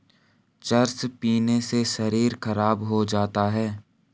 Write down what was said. चरस पीने से शरीर खराब हो जाता है